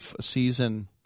season